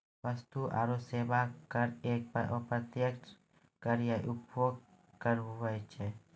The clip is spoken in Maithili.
वस्तु आरो सेवा कर एक अप्रत्यक्ष कर या उपभोग कर हुवै छै